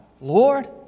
Lord